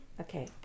Okay